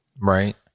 Right